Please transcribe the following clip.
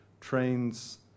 trains